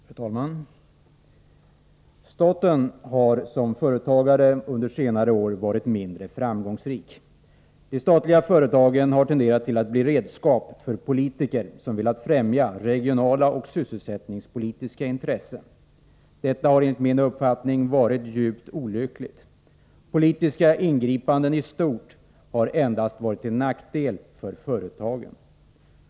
Fru talman! Staten har som företagare varit mindre framgångsrik under senare år. De statliga företagen har tenderat att bli redskap för politiker som velat främja regionala och sysselsättningspolitiska intressen. Detta har enligt min uppfattning varit djupt olyckligt. Politiska ingripanden i stort har endast varit till nackdel för företagen.